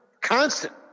constant